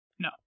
No